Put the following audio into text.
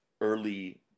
early